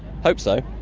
hope so.